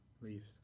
leaves